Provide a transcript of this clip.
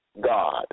God